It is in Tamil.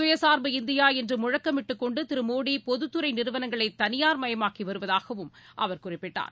சுயசா்பு இந்தியா என்று முழக்கமிட்டு கொண்டு திரு மோடி பொதுத்துறை நிறுவனங்களை தனியார்மயமாக்கி வருவதாகவும் அவர் குறிப்பிட்டார்